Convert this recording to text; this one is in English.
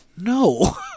no